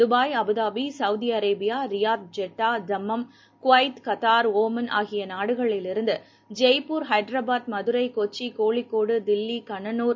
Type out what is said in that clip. Dubai Abu Dhabi Saudi Arabia Riyadh Jeddah Dammam Kuwait Qatar Oman ஆகிய நாடுகளிலிருந்து ஜெய்ப்பூர் ஹைதாராபாத் மதுரை கொச்சி கோழிக்கோடு தில்லி கண்ணூர்